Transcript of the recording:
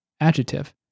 adjective